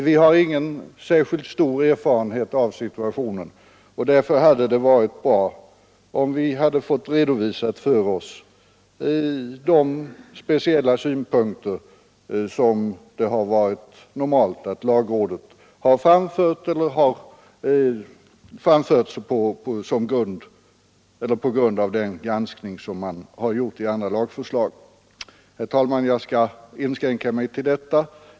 Vi har ingen särskilt stor erfarenhet på detta lagstiftningsområde, och därför hade det varit bra om vi hade fått redovisat för oss sådana speciella synpunkter som lagrådet normalt har framfört på grund av den granskning som man gjort av andra lagförslag. Herr talman! Jag skall inskränka mig till detta.